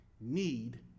need